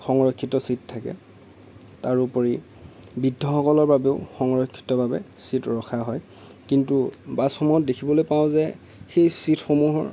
সংৰক্ষিত চিট থাকে তাৰোপৰি বৃদ্ধসকলৰ বাবেও সংৰক্ষিতভাৱে চিট ৰখা হয় কিন্তু বাছসমূহত দেখিবলৈ পাওঁ যে সেই চিটসমূহৰ